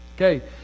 Okay